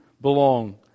belong